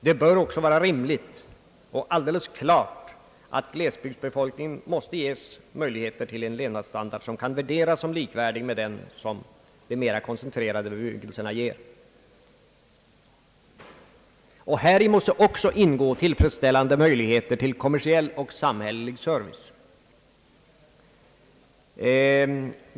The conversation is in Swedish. Det bör också vara rimligt och alldeles klart att glesbygdsbefolkningen måste ges möjligheter till en levnadsstandard som kan värderas som likvärdig med den som de mera koncentrerade bebyggelserna ger. Häri måste ingå tillfredsställande möjligheter till kommersiell och samhällelig service.